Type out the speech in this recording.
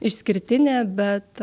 išskirtinė bet